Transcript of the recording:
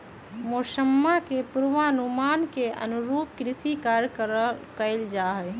मौसम्मा के पूर्वानुमान के अनुरूप कृषि कार्य कइल जाहई